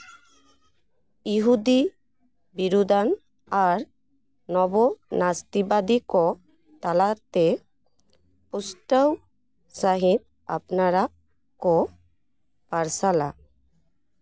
ᱤᱦᱩᱫᱤ ᱵᱤᱨᱩᱫᱟᱱ ᱟᱨ ᱱᱚᱵᱚ ᱱᱟᱥᱛᱤᱵᱟᱫᱤ ᱠᱚ ᱛᱟᱞᱟᱛᱮ ᱯᱩᱥᱴᱟᱹᱣ ᱥᱟᱺᱦᱤᱡ ᱟᱯᱱᱟᱨᱟᱜ ᱠᱚ ᱟᱨᱥᱟᱞᱟ